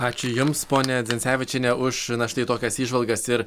ačiū jums ponia zencevičiene už štai tokias įžvalgas ir